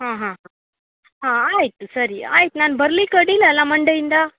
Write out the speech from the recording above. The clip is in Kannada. ಹಾಂ ಹಾಂ ಹಾಂ ಆಯಿತು ಸರಿ ಆಯ್ತು ನಾನು ಬರ್ಲಿಕ್ಕೆ ಅಡ್ಡಿಯಿಲಲ್ಲ ಮಂಡೆಯಿಂದ